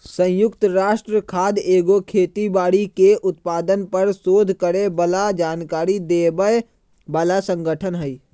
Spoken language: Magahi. संयुक्त राष्ट्र खाद्य एगो खेती बाड़ी के उत्पादन पर सोध करे बला जानकारी देबय बला सँगठन हइ